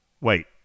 Wait